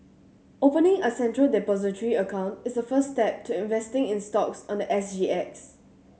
opening a Central Depository account is the first step to investing in stocks on the S G X